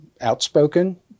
outspoken